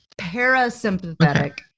parasympathetic